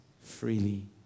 freely